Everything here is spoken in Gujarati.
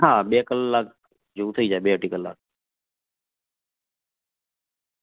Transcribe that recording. હા બે કલાક જેવું થઈ જાય બે અઢી કલાક